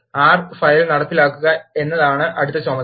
R file നടപ്പിലാക്കുക എന്നതാണ് അടുത്ത ചുമതല